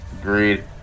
Agreed